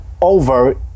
over